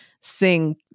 sing